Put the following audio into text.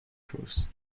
crews